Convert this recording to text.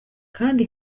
kdi